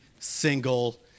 single